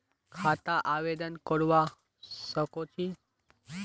खाता आवेदन करवा संकोची?